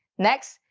next,